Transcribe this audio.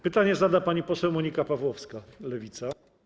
Pytanie zada pani poseł Monika Pawłowska, Lewica.